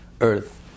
earth